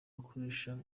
bakoresha